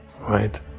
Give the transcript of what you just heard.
right